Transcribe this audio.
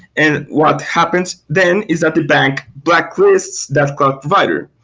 and what happens then is that the bank blacklists that cloud provider,